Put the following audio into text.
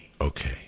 Okay